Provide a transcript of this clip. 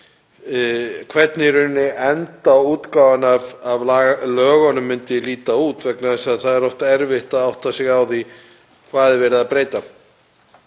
hvernig endaútgáfan af lögunum myndi líta út vegna þess að það er oft erfitt að átta sig á því hverju er verið að breyta.